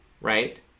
right